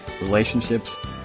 relationships